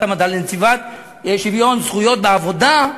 המדע לנציבת שוויון הזדמנויות בעבודה,